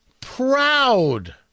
Proud